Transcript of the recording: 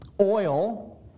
oil